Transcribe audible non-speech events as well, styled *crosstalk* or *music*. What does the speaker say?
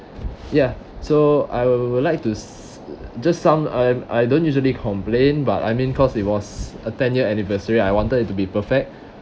ya so I would like to *noise* just some and I don't usually complain but I mean cause it was a ten year anniversary I wanted it to be perfect